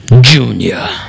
Junior